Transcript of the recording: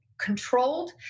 controlled